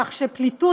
כך שפליטות,